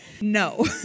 No